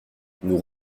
nous